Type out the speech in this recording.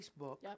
Facebook